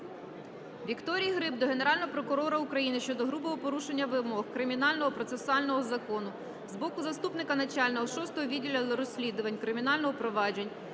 Вікторії Гриб до Генерального прокурора України щодо грубого порушення вимог кримінального процесуального закону з боку заступника начальника 6-го відділу розслідувань кримінальних проваджень